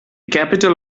capital